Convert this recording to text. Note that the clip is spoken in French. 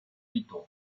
python